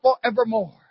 forevermore